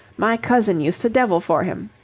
my cousin used to devil for him.